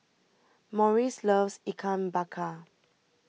Maurice loves Ikan Bakar